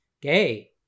gay